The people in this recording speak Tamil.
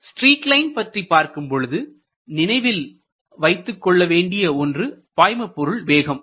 ஸ்ட்ரீக் லைன் பற்றி பார்க்கும் பொழுது நீங்கள் நினைவில் வைத்துக்கொள்ள வேண்டிய ஒன்று பாய்மபொருள் வேகம்